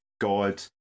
God